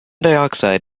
dioxide